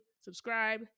subscribe